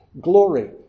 glory